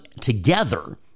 together